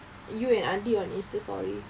you and Andy on InstaStory